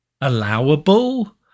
allowable